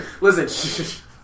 listen